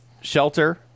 shelter